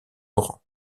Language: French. laurent